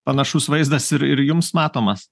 panašus vaizdas ir ir jums matomas